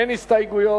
אין הסתייגויות.